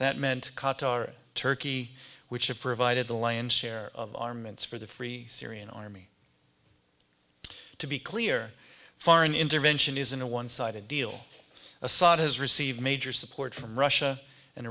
that meant qatar turkey which had provided the lion's share of armaments for the free syrian army to be clear foreign intervention isn't a one sided deal assad has received major support from russia and